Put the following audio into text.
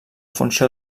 funció